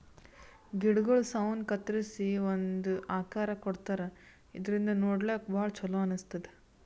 ಗಿಡಗೊಳ್ ಸೌನ್ ಕತ್ತರಿಸಿ ಒಂದ್ ಆಕಾರ್ ಕೊಡ್ತಾರಾ ಇದರಿಂದ ನೋಡ್ಲಾಕ್ಕ್ ಭಾಳ್ ಛಲೋ ಅನಸ್ತದ್